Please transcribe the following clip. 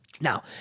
Now